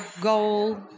goal